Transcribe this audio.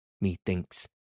methinks